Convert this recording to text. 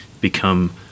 become